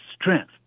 strength